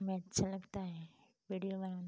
हमें अच्छा लगता है विडिओ बनाना